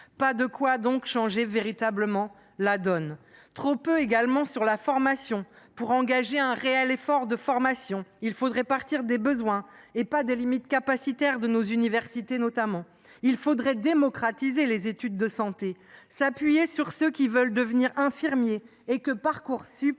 Pas de quoi changer véritablement la donne ! Il y a également trop peu sur la formation. Pour engager un réel effort en la matière, il faudrait partir des besoins et pas des limites capacitaires de nos universités. Il faudrait démocratiser les études de santé, s’appuyer sur ceux qui veulent devenir infirmiers et que Parcoursup